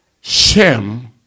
Shem